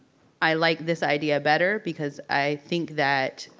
i like this idea better because i think that.